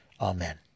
Amen